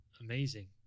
amazing